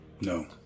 No